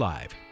Live